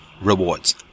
rewards